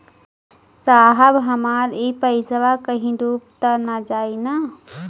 साहब हमार इ पइसवा कहि डूब त ना जाई न?